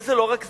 וזה לא רק זה.